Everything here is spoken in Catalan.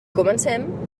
comencem